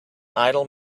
idle